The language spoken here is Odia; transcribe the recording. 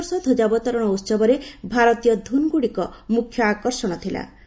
ଚଳିତବର୍ଷ ଧ୍ୱଜାବତରଣ ଉହବରେ ଭାରତୀୟ ଧୁନ୍ଗୁଡ଼ିକ ମୁଖ୍ୟ ଆକର୍ଷଣ ଥିଲା